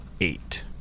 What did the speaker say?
eight